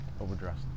Overdressed